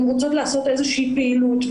הן רוצות לעשות איזושהי פעילות,